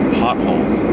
potholes